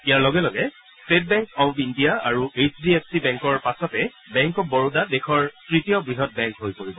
ইয়াৰ লগে লগে state bank of India আৰু এইছ ডি এফ চি বেংকৰ পাছতে বেংক অব্ বৰোডা দেশৰ তৃতীয় বৃহৎ বেংক হৈ পৰিব